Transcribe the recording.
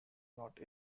not